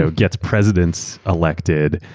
ah gets presidents elected,